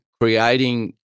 creating